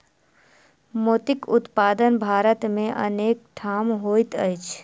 मोतीक उत्पादन भारत मे अनेक ठाम होइत अछि